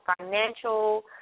financial